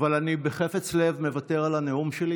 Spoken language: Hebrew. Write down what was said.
אבל אני בחפץ לב מוותר על הנאום שלי.